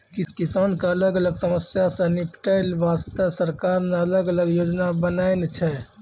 किसान के अलग अलग समस्या सॅ निपटै वास्तॅ सरकार न अलग अलग योजना बनैनॅ छै